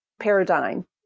paradigm